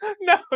no